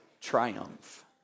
triumph